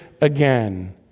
again